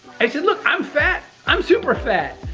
i said, look, i'm fat, i'm super fat.